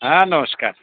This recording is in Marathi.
हा नमस्कार